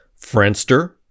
Friendster